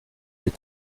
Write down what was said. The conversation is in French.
est